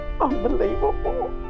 unbelievable